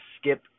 skip